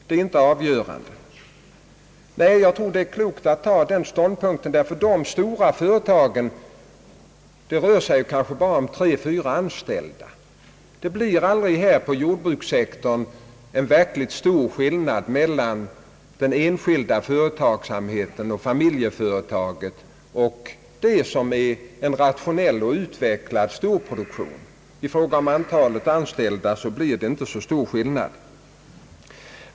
Nej, jag tror att det är klokt att ta den ståndpunkten — på jordbrukssektorn blir det aldrig någon verkligt stor skillnad i fråga om antalet anställda mellan familjeföretagen och det vi kan kalla en rationell och utvecklad storproduktion; det rör sig även där kanske bara om tre eller fyra anställda.